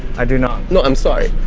i do not. no, i'm sorry.